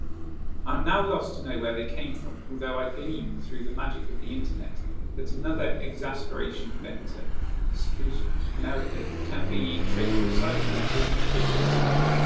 i'm now lost to know where they came from, although i glean through the magic of the internet that another exasperation-venter strewth meredith can be traced precisely to a music hall sketch,